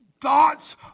Thoughts